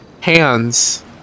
Hands